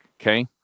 Okay